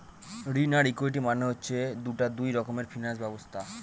ঋণ আর ইকুইটি মানে হচ্ছে দুটা দুই রকমের ফিনান্স ব্যবস্থা